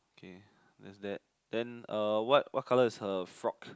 okay that's that then uh what what colour is her frock